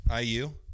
iu